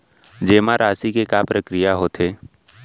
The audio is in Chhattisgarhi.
जेमा राशि के का प्रक्रिया होथे?